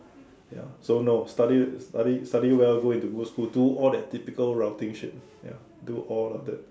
ya so no study study study well go into good school do all that typical routing shit ya do all of that